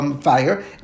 fire